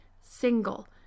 single